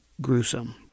gruesome